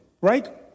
right